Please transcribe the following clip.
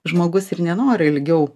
žmogus ir nenori ilgiau